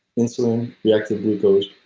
insulin, reactive glucose,